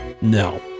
No